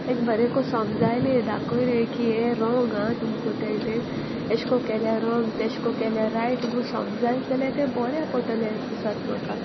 तेंक बरेंको सोमजायलें दाकोयलें की हें रोंग आं तुम कोंताय तें एशको केल्या रोंग तेशको केल्यार रायट म्हूण समजाय जाल्यार तें बोरे पोटलें दिसोत म्हाका